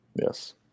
Yes